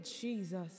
Jesus